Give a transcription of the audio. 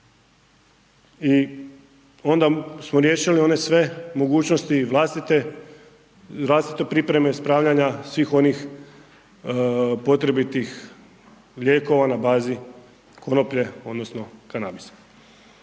i onda smo riješili one sve mogućnosti i vlastite pripreme spravljanja svih onih potrebitih lijekova na bazi konoplje odnosno kanabisa.